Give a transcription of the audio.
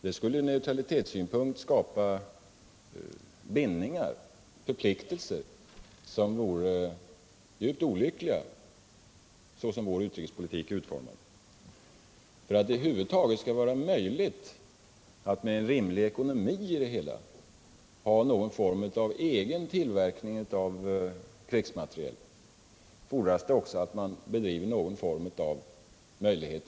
Det skulle ur neutralitetssynpunkt skapa bindningar, förpliktelser som vore djupt olyckliga, så som vår utrikespolitik är utformad. För att det över huvud taget skall vara möjligt att med en rimlig ekonomi ha någon form av egen tillverkning av krigsmateriel fordras att man också bedriver någon form av export.